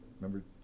remember